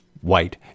white